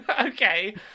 Okay